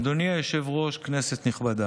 אדוני היושב-ראש, כנסת נכבדה,